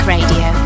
Radio